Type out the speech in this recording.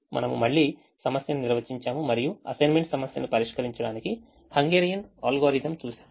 మనము మళ్ళీ సమస్యను నిర్వచించాము మరియు అసైన్మెంట్ సమస్యను పరిష్కరించడానికి హంగేరియన్ అల్గోరిథం చూశాము